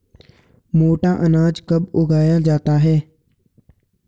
मोटा अनाज कब उगाया जाता है?